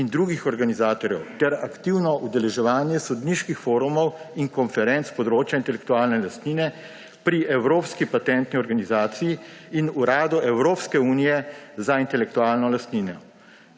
in drugih organizatorjev ter aktivno udeleževanje sodniških forumov in konferenc s področja intelektualne lastnine pri Evropski patentni organizaciji in Uradu Evropske unije za intelektualno lastnino.